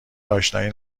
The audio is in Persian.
اشنایی